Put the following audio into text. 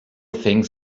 things